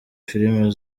filimi